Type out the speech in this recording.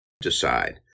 decide